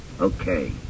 Okay